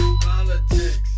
Politics